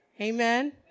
Amen